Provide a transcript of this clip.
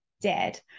dead